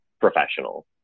professional